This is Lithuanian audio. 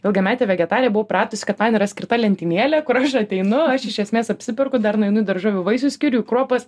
ilgametė vegetarė buvau pratusi kad man yra skirta lentynėlė kur aš ateinu aš iš esmės apsiperku dar nueinu į daržovių vaisių skyrių į kruopas